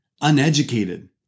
uneducated